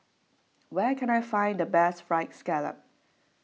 where can I find the best Fried Scallop